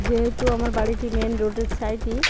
যেহেতু আমার বাড়িটি মেইন রোডের সাইডে